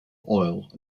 oil